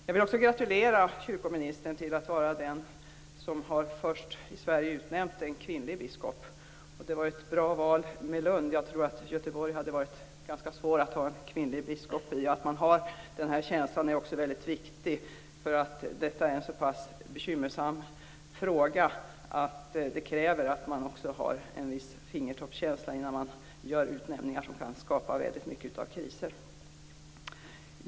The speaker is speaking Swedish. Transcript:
Jag vill också gratulera kyrkoministern till att vara den i Sverige som först har utnämnt en kvinnlig biskop. Lund var ett bra val. Jag tror att det hade varit ganska svårt att ha en kvinnlig biskop i Göteborg. Det är väldigt viktigt att man har denna känsla, för det är en så pass bekymmersam fråga. Den kräver en viss fingertoppskänsla när man gör utnämningar som kan skapa kriser.